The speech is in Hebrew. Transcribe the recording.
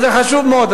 וזה חשוב מאוד.